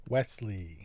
Wesley